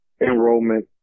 enrollment